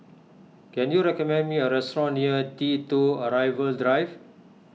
can you recommend me a restaurant near T two Arrival Drive